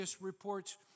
reports